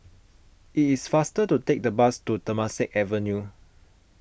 it is faster to take the bus to Temasek Avenue